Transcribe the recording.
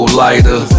lighter